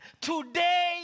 Today